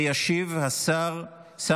וישיב על כך שר המשפטים,